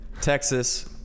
Texas